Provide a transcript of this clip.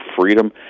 freedom